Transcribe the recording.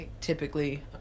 typically